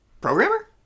Programmer